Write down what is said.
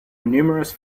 numerous